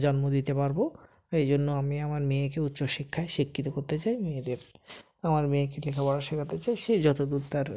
জন্ম দিতে পারবো এই জন্য আমি আমার মেয়েকে উচ্চ শিক্ষায় শিক্ষিত করতে চাই নিজের আমার মেয়েকে লেখাপড়া শেখাতে চাই সে যতোদূর তার